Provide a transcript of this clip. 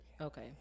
okay